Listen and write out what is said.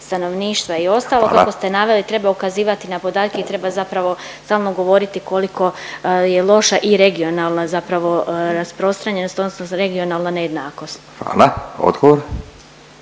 Radin: Hvala./… kako ste naveli treba ukazivat na podatke i treba zapravo stalno govoriti koliko je loša i regionalna zapravo rasprostranjenost odnosno regionalna nejednakost. **Radin,